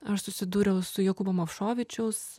aš susidūriau su jokūbo movšovičiaus